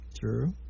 True